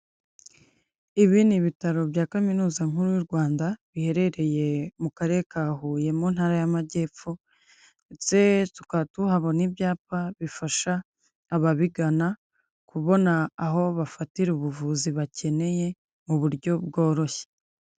Ibi ni ibitaro bya Kaminuza Nkuru y'u Rwanda, biherereye mu Karere ka Huye, mu Ntara y'Amajyepfo;, ndetse tukaba tuhabona ibyapa bifasha ababigana kubona aho bafatira ubuvuzi bakeneye mu buryo bworoshye.